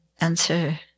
answer